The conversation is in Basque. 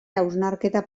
hausnarketa